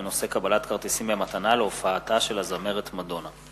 בנושא קבלת כרטיסים במתנה להופעה של הזמרת מדונה.